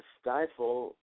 stifle